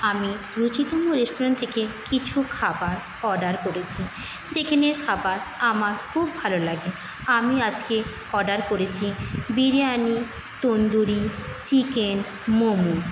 আমি রুচিতম রেস্টুরেন্ট থেকে কিছু খাবার অর্ডার করেছি সেখানের খাবার আমার খুব ভালো লাগে আমি আজকে অর্ডার করেছি বিরিয়ানি তন্দুরি চিকেন মোমো